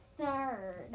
third